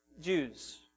Jews